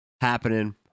happening